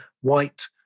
white